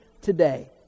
today